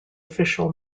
official